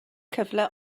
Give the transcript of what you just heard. cyfle